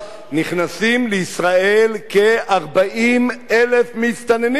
נכנסים לישראל כ-40,000 מסתננים,